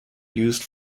used